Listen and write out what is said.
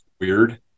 weird